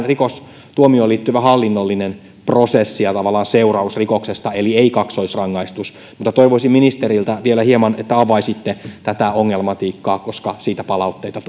rikostuomioon liittyvä hallinnollinen prosessi ja tavallaan seuraus rikoksesta eli ei kaksoisrangaistus mutta toivoisin ministeriltä että avaisitte vielä hieman tätä ongelmatiikkaa koska siitä palautteita